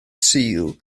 sul